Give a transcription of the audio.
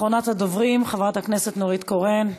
אחרונת הדוברים, חברת הכנסת נורית קורן.